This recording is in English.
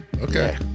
okay